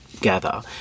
gather